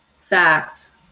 facts